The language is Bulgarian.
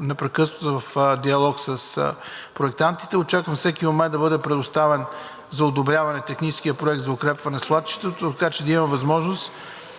непрекъснато съм в диалог с проектантите, очаквам всеки момент да бъде предоставен за одобряване техническият проект за укрепване на свлачището, така че да има възможност